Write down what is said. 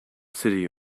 city